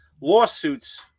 lawsuits